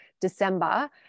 december